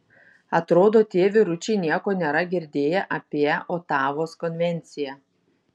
atrodo tie vyručiai nieko nėra girdėję apie otavos konvenciją